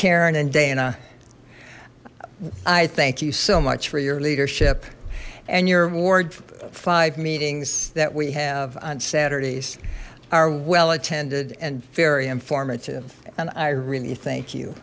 karen and dana i thank you so much for your leadership and your award five meetings that we have on saturdays are well attended and very informative and i really thank you